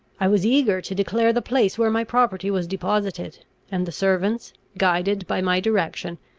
i was eager to declare the place where my property was deposited and the servants, guided by my direction,